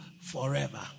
forever